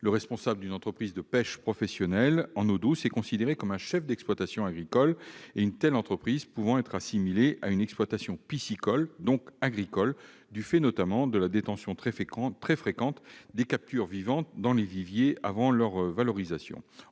le responsable d'une entreprise de pêche professionnelle en eau douce est considéré comme un chef d'exploitation agricole, une telle entreprise pouvant être assimilée à une exploitation piscicole, donc agricole, notamment du fait de la détention très fréquente des captures vivantes dans des viviers avant leur valorisation.